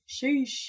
Sheesh